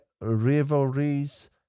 rivalries